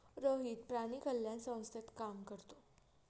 रोहित प्राणी कल्याण संस्थेत काम करतो